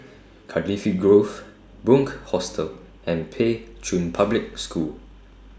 Cardifi Grove Bunc Hostel and Pei Chun Public School